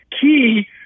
key